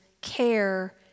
care